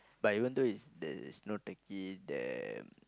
but even though is there is no turkey the